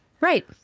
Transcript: right